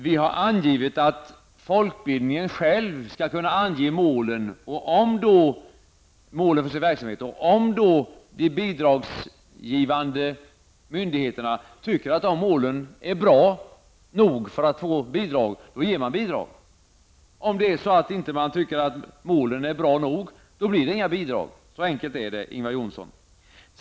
Vi har angivit att folkbildningen själv skall kunna ange målen för sin verksamhet. Om de bidragsgivande myndigheterna då tycker att de är bra nog för att få bidrag ger man bidrag. Om de inte tycker att målen är bra nog blir det inga bidrag. Så enkelt är det, Ingvar Johnsson.